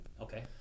Okay